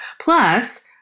Plus